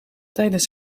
tijdens